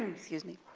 excuse me.